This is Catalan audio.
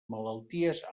malalties